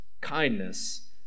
kindness